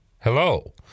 Hello